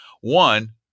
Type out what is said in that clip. One